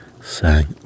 sang